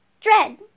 dread